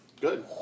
Good